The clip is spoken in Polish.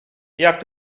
jak